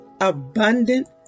Abundant